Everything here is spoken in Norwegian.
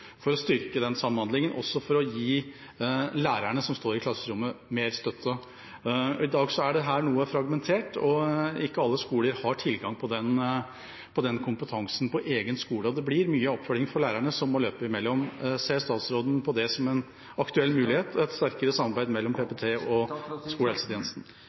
for å gi lærerne som står i klasserommet, mer støtte. I dag er dette noe fragmentert, og ikke alle skoler har tilgang på den kompetansen på egen skole, og det blir mye oppfølging for lærerne som må løpe imellom. Ser statsråden på det som en aktuell mulighet, et sterkere samarbeid mellom PPT og skolehelsetjenesten?